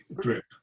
drip